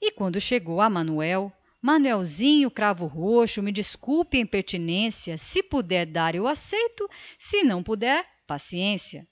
e quando se chegou a manuel manuelzinho cravo roxo me desculpe a impertinência se puder dar eu aceito se não puder paciência